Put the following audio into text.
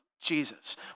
Jesus